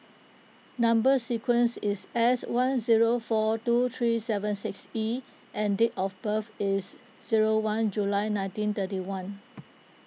Number Sequence is S one zero four two three seven six E and date of birth is zero one July nineteen thirty one